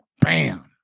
Bam